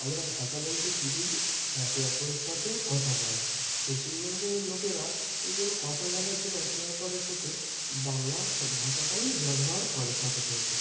আমরা ভাষা বলতে কী বুঝি একে অপরের সাথে কথা বলা পশ্চিমবঙ্গের লোকেরা ওই জন্য কথা বলার জন্য একে অপরের সাথে বাংলা সব ভাষাটাই ব্যবহার করে সাধারণত